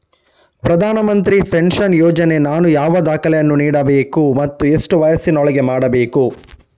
ಪ್ರಧಾನ ಮಂತ್ರಿ ಪೆನ್ಷನ್ ಯೋಜನೆಗೆ ನಾನು ಯಾವ ದಾಖಲೆಯನ್ನು ನೀಡಬೇಕು ಮತ್ತು ಎಷ್ಟು ವಯಸ್ಸಿನೊಳಗೆ ಮಾಡಬೇಕು?